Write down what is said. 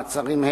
מעצרים),